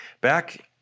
Back